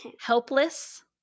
Helpless